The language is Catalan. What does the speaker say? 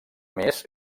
més